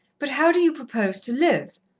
but how do you propose to live?